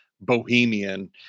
bohemian